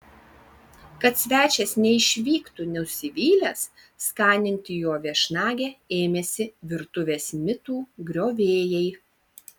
kad svečias neišvyktų nusivylęs skaninti jo viešnagę ėmėsi virtuvės mitų griovėjai